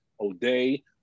O'Day